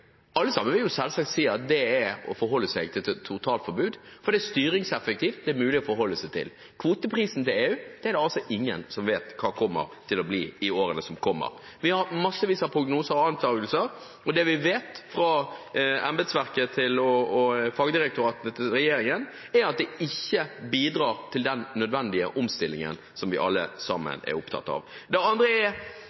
alle sammen selvsagt si at det er å forholde seg til totalforbud, for det er styringseffektivt, det er mulig å forholde seg til. Kvoteprisen til EU er det ingen som vet hva kommer til å bli i årene som kommer. Vi har massevis av prognoser og antagelser, og det vi vet fra embetsverket og fagdirektoratet til regjeringen, er at det ikke bidrar til den nødvendige omstillingen som vi alle